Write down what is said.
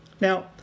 Now